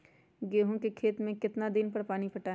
गेंहू के खेत मे कितना कितना दिन पर पानी पटाये?